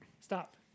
stop